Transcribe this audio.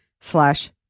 slash